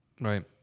right